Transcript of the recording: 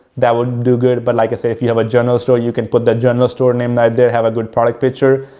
that will do good, but like i said, if you have a general store, you can put the general store name right there, have a good product picture.